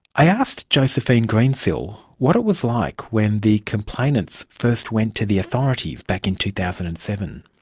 i asked josephine greensill what it was like when the complainants first went to the authorities back in two thousand and seven.